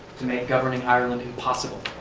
to make governing ireland impossible,